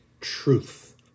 truth